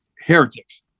heretics